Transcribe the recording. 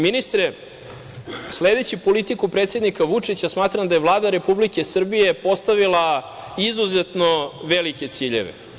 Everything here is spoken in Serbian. Ministre, sledeći politiku predsednika Vučića smatram da je Vlada Republike Srbije postavila izuzetno velike ciljeve.